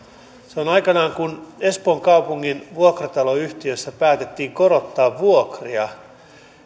silloin aikanaan kun espoon kaupungin vuokrataloyhtiössä päätettiin korottaa vuokria